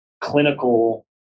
clinical